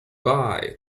bye